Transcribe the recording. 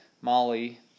Molly